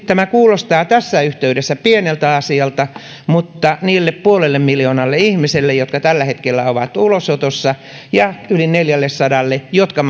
tämä kuulostaa tässä yhteydessä pieneltä asialta mutta niille puolelle miljoonalle ihmiselle jotka tällä hetkellä ovat ulosotossa ja yli neljällesadalletuhannelle jotka